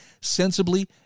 sensibly